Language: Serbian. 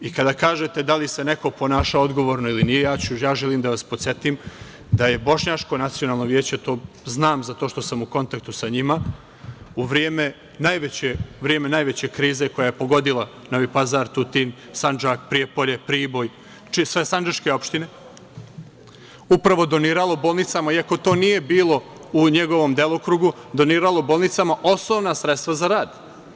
I kada kažete – da li se neko ponašao odgovorno ili nije, ja želim da vas podsetim da je Bošnjačko nacionalno veće, znam zato što sam u kontaktu sa njima, u vreme najveće krize koja je pogodila Novi Pazar, Tutin, Sandžak, Prijepolje, Priboj, sve sandžačke opštine, upravo doniralo bolnicama i ako to nije bilo u njegovom delokrugu, doniralo bolnicama osnovna sredstva za rad.